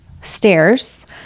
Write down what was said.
stairs